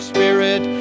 Spirit